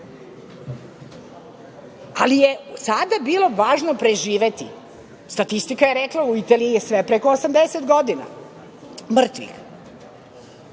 ali sada je bilo važno preživeti. Statistika je rekla da je u Italiji sve preko 80 godina mrtvih. Mi